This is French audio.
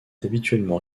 habituellement